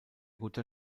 guter